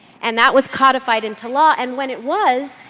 and that was codified into law. and when it was,